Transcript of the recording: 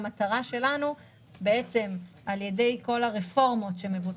המטרה שלנו על ידי כל הרפורמות שמבוצעות,